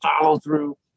follow-through